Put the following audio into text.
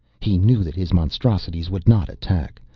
he knew that his monstrosities would not attack.